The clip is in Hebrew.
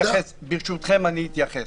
ברשותכם, אני אתייחס.